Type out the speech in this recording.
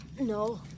No